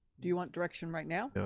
do you want direction right now? yeah